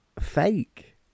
fake